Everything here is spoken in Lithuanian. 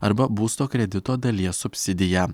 arba būsto kredito dalies subsidiją